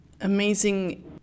amazing